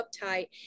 uptight